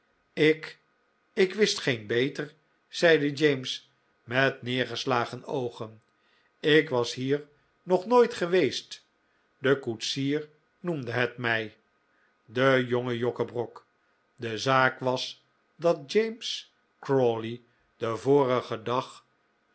ik ik wist geen beter zeide james met neergeslagen oogen ik was hier nog nooit geweest de koetsier noemde het mij de jonge jokkebrok de zaak was dat james crawley den vorigen dag